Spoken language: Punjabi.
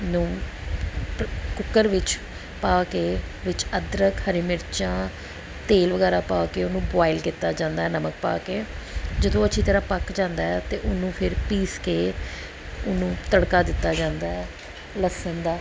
ਨੂੰ ਕੁੱਕਰ ਵਿੱਚ ਪਾ ਕੇ ਵਿੱਚ ਅਦਰਕ ਹਰੀ ਮਿਰਚਾਂ ਤੇਲ ਵਗੈਰਾ ਪਾ ਕੇ ਉਹਨੂੰ ਬੋਇਲ ਕੀਤਾ ਜਾਂਦਾ ਨਮਕ ਪਾ ਕੇ ਜਦੋਂ ਅੱਛੀ ਤਰ੍ਹਾਂ ਪੱਕ ਜਾਂਦਾ ਅਤੇ ਉਹਨੂੰ ਫਿਰ ਪੀਸ ਕੇ ਉਹਨੂੰ ਤੜਕਾ ਦਿੱਤਾ ਜਾਂਦਾ ਹੈ ਲਸਣ ਦਾ